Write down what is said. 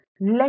let